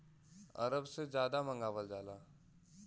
अरब से जादा मंगावल जाला